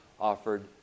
offered